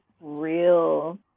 real